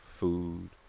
Food